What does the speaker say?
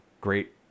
great